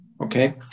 Okay